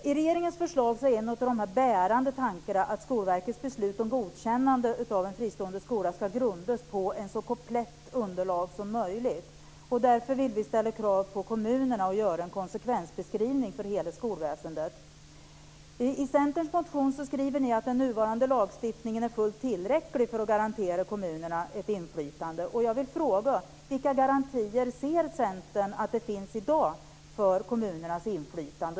I regeringens förslag är en av de bärande tankarna att Skolverkets beslut om godkännande av en fristående skola ska grundas på en så komplett underlag som möjligt. Därför vill vi ställa krav på kommunerna att göra en konsekvensbeskrivning när det gäller skolväsendet. I Centerns motion skriver ni att den nuvarande lagstiftningen är fullt tillräcklig för att garantera kommunerna ett inflytande. Jag frågar: Vilka garantier ser Centern att det finns i dag för kommunernas inflytande?